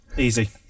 Easy